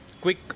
Quick